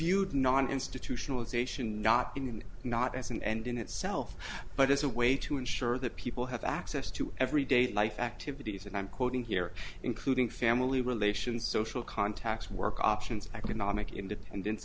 d not institutionalization not in not as an end in itself but as a way to ensure that people have access to every day life activities and i'm quoting here including family relations social contacts work options economic independence